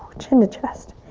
chin to chest.